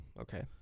okay